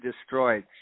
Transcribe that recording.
destroyed